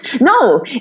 no